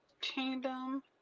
Kingdom